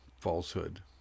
falsehood